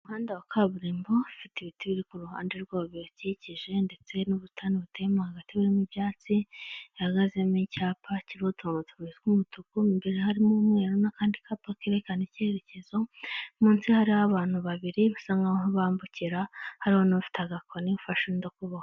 Umuhanda wa kaburimbo ufite ibiti biri k'uruhande rwabo bibakikije ndetse n'ubutani buteyema hagati burimo ibyatsi, hahagazemo icyapa kirimo utuntu tubiri tw'umutuku imbere harimo umweru n'akandi kapa kerekana icyerekezo, munsi harimo abantu babiri basa nk'aho bambukira hariho n'ufite agakoni ufashe undi ukuboko.